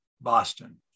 Boston